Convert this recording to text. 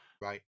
Right